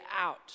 out